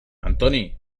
antoni